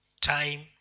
time